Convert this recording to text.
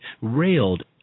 railed